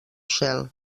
cel